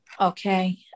Okay